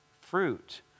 fruit